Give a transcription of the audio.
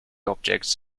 objects